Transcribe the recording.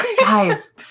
guys